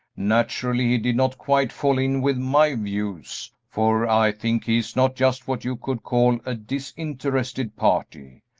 naturally he did not quite fall in with my views, for i think he is not just what you could call a disinterested party.